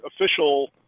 official